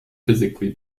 physically